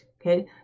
okay